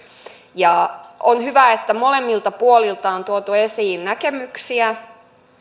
on hyvä että molemmilta puolilta on tuotu esiin näkemyksiä